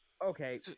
okay